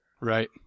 Right